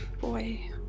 boy